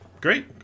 great